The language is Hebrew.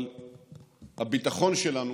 אבל הביטחון שלנו